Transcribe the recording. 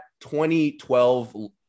2012